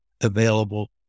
available